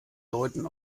deuten